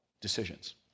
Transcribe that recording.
decisions